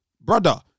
Brother